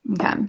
Okay